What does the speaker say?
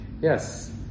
Yes